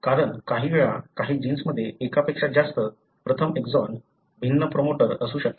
कारण काही वेळा काही जीन्समध्ये एकापेक्षा जास्त प्रथम एक्सॉन भिन्न प्रोमोटर असू शकतात